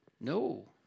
No